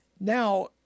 Now